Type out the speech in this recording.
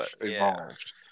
evolved